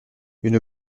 une